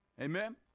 Amen